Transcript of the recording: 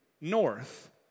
north